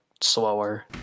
slower